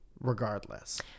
regardless